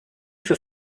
für